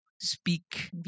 speak